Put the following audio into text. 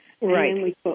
Right